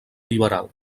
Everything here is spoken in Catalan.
liberal